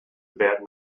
about